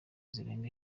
zirenga